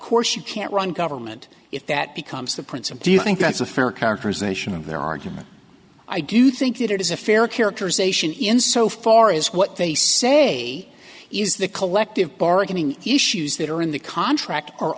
course you can't run government if that becomes the prince and do you think that's a fair characterization of their argument i do think that it is a fair characterization in so far as what they say is the collective bargaining issues that are in the contract